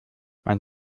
man